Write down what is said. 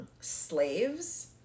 slaves